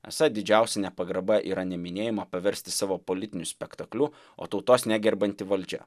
esą didžiausia nepagarba yra ne minėjimą paversti savo politiniu spektakliu o tautos negerbianti valdžia